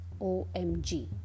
OMG